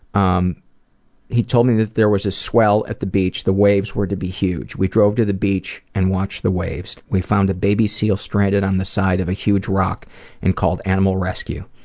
um he told me there was a swell at the beach. the waves were to be huge. we drove to the beach and watched the waves. we found a baby seal stranded on the side of a huge rock and called animal rescue.